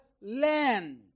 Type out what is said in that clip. land